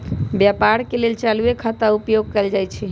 व्यापार के लेल चालूये खता के उपयोग कएल जाइ छइ